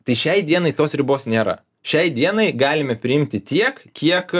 tai šiai dienai tos ribos nėra šiai dienai galime priimti tiek kiek